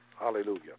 Hallelujah